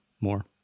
more